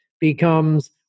becomes